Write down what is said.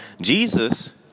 Jesus